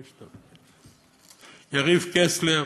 רי"ש, תי"ו, יריב קסלר,